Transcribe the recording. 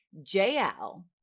JL